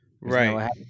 Right